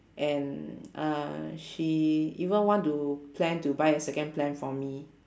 and uh she even want to plan to buy a second plan from me